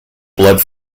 blood